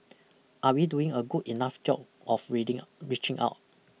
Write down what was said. are we doing a good enough job of reading reaching out